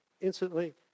Instantly